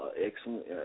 excellent